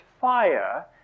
fire